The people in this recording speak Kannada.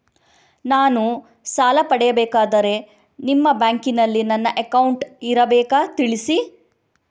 ನಾನು ಸಾಲ ಪಡೆಯಬೇಕಾದರೆ ನಿಮ್ಮ ಬ್ಯಾಂಕಿನಲ್ಲಿ ನನ್ನ ಅಕೌಂಟ್ ಇರಬೇಕಾ ತಿಳಿಸಿ?